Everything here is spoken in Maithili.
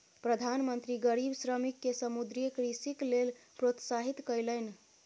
प्रधान मंत्री गरीब श्रमिक के समुद्रीय कृषिक लेल प्रोत्साहित कयलैन